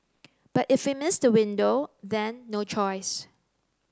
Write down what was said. but if we miss the window then no choice